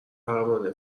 پروانه